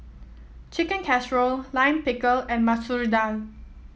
Chicken Casserole Lime Pickle and Masoor Dal